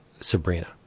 Sabrina